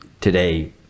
today